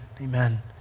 Amen